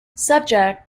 subject